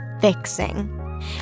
fixing